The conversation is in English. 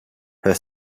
her